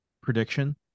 prediction